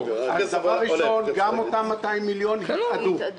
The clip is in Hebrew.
גם אותם 200 מיליון התאדו.